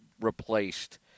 replaced